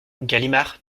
galimard